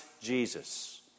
Jesus